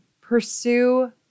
pursue